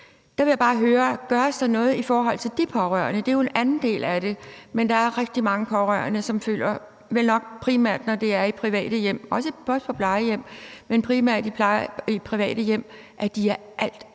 Der vil jeg bare høre: Gøres der noget i forhold til de pårørende? Det er jo en anden del af det. Men der er rigtig mange pårørende, som føler – vel nok primært, når det er i private hjem, også på plejehjem, men primært i private hjem – at de er alt, alt